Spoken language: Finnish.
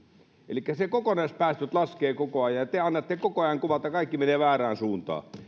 elikkä ne kokonaispäästöt laskevat koko ajan ja te annatte koko ajan kuvan että kaikki menee väärään suuntaan näinhän